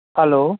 hello